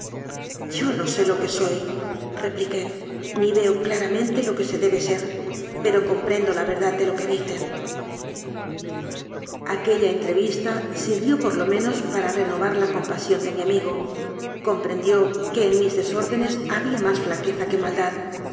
yo no sé lo que soy repliqué ni veo claramente lo que se debe ser pero comprendo la verdad de lo que dicen aquella entrevista sirvió por lo menos para re novar la compasión de mi amigo comprendió que en mis desórdenes había más flaqueza que maldad